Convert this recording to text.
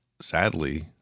sadly